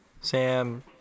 Sam